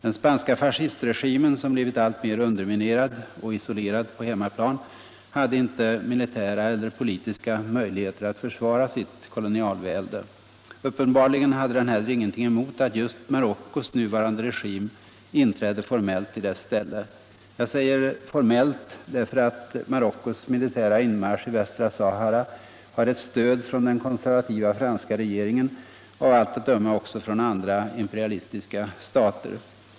Den spanska fascistregimen, som blivit alltmer underminerad och isolerad på hemmaplan, hade inte militära eller politiska möjligheter att försvara sitt kolonialvälde. Uppenbarligen hade den heller ingenting emot att just Marockos nuvarande regim inträdde formellt i dess ställe. Jag säger formellt, därför att Marockos militära inmarsch i västra Sahara har ett stöd från den konservativa franska regeringen och av allt att döma också från andra imperialistiska stater.